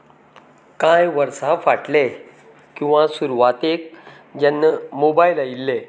कांय वर्सा फाटलें किंवां सुरवातेक जेन्ना मोबायल आयिल्ले